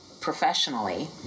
professionally